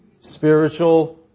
Spiritual